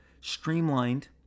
streamlined